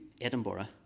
Edinburgh